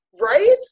Right